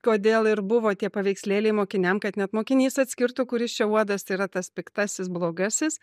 todėl ir buvo tie paveikslėliai mokiniam kad net mokinys atskirtų kuris čia uodas yra tas piktasis blogasis